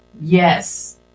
Yes